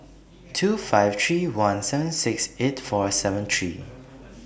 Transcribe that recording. two five three one seven six eight four seven three